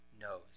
knows